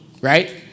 right